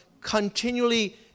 continually